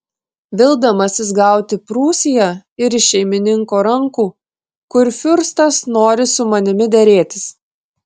vildamasis gauti prūsiją ir iš šeimininko rankų kurfiurstas nori su manimi derėtis